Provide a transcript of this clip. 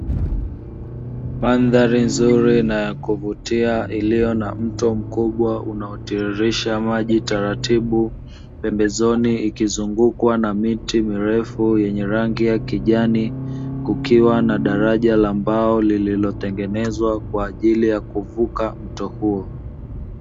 Mandhari nzuri na ya kuvutia iliyo na mto mkubwa unaotiririsha maji taratibu pembezoni ikizungukwa na miti mirefu yenye rangi ya kijani kukiwa na daraja la mbao lililotengenezwa kwaajili ya kuvuka mto huo.